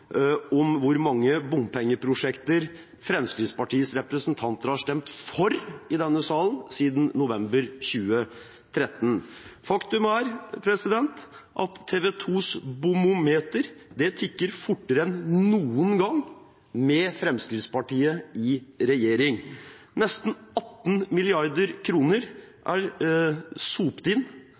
om hvor mange bompengeprosjekter Fremskrittspartiets representanter har stemt for i denne salen siden november 2013. Faktum er at TV 2s «bomometer» tikker fortere enn noen gang med Fremskrittspartiet i regjering. Nesten 18